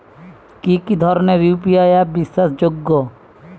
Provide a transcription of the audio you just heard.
কি কি ধরনের ইউ.পি.আই অ্যাপ বিশ্বাসযোগ্য?